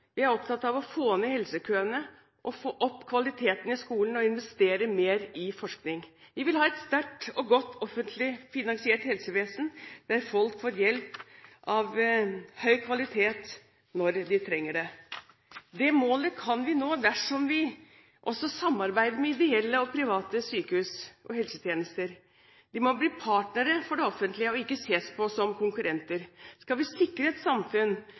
Vi er opptatt av å få ned helsekøene, få opp kvaliteten i skolen og investere mer i forskning. Vi vil ha et sterkt og godt offentlig finansiert helsevesen der folk får hjelp av høy kvalitet når de trenger det. Det målet kan vi nå dersom vi også samarbeider med ideelle og private sykehus om helsetjenester. Vi må bli partnere for det offentlige og ikke ses på som konkurrenter. Skal vi sikre et samfunn